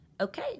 Okay